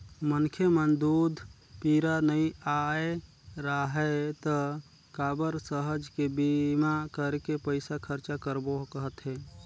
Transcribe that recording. मनखे म दूख पीरा नइ आय राहय त काबर सहज के बीमा करके पइसा खरचा करबो कहथे